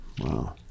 wow